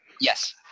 Yes